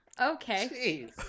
Okay